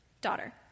Daughter